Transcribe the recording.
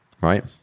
right